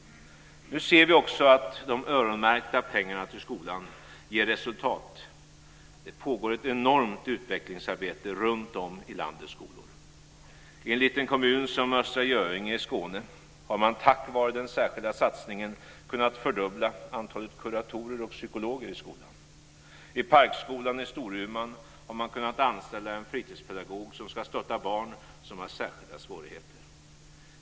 Nu ser vi också att de öronmärkta pengarna till skolan ger resultat. Det pågår ett enormt utvecklingsarbete runtom i landets skolor. Enligt en kommun som Östra Göinge i Skåne har man tack vare den särskilda satsningen kunnat fördubbla antalet kuratorer och psykologer i skolan. I Parkskolan i Storuman har man kunnat anställa en fritidspedagog som ska stötta barn som har särskilda svårigheter.